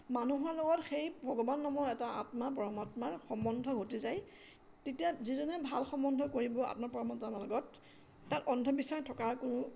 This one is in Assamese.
মানুহৰ লগত সেই ভগৱান নামৰ এটা আত্মা পৰমাত্মাৰ সম্বন্ধ ঘটি যায় তেতিয়া যিজনে ভাল সম্বন্ধ কৰিব আত্মা পৰমাত্মাৰ লগত তাত অন্ধবিশ্বাস থকাৰ কোনো